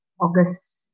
August